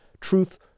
TRUTH